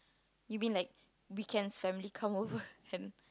you mean like weekends family come over and